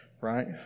right